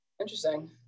interesting